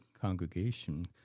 congregation